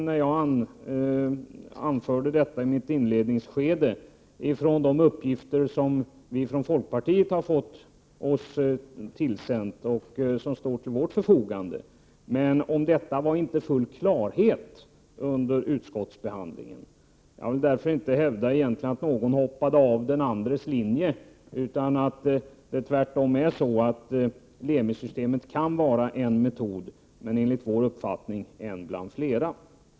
När jag anförde detta i mitt inledningsanförande, utgick jag från de uppgifter som vi från folkpartiet har fått oss tillsända och som står till vårt förfogande. Men om detta rådde inte full klarhet under utskottsbehandlingen. Jag vill därför egentligen inte hävda att någon hoppat av den andres linje, utan Lemisystemet kan tvärtom vara en metod, men enligt vår uppfattning en bland flera.